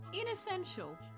inessential